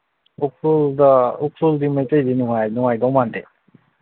ꯎꯈ꯭ꯔꯨꯜꯗ ꯎꯈ꯭ꯔꯨꯜꯗꯤ ꯃꯩꯇꯩꯗꯤ ꯅꯨꯡꯉꯥꯏꯗꯧ ꯃꯥꯟꯗꯦ